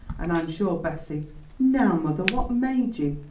and i'm sure bessie now, mother, what made you?